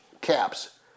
caps